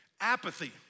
Apathy